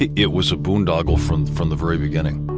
it it was a boondoggle from from the very beginning